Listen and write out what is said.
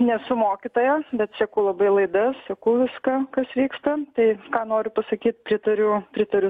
nesu mokytoja bet seku labai laidas seku viską kas vyksta tai ką noriu pasakyt pritariu pritariu